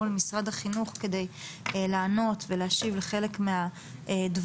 למשרד החינוך כדי לענות ולהשיב לחלק מהדברים.